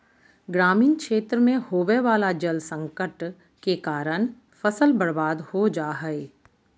ग्रामीण क्षेत्र मे होवे वला जल संकट के कारण फसल बर्बाद हो जा हय